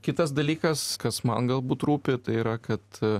kitas dalykas kas man galbūt rūpi tai yra kad